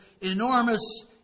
enormous